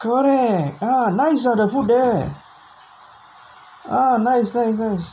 correct ah nice ah the food there ah nice nice nice